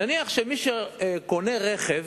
נניח שמי שקונה רכב,